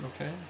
Okay